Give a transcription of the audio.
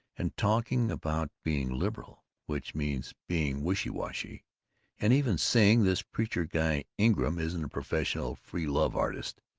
and talking about being liberal which means being wishy-washy and even saying this preacher guy ingram isn't a professional free-love artist.